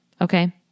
okay